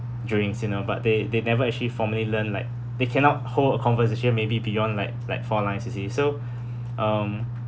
drinks you know but they they never actually formally learn like they cannot hold a conversation maybe beyond like like four lines you see so um